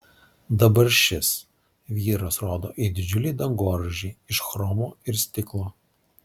dabar šis vyras rodo į didžiulį dangoraižį iš chromo ir stiklo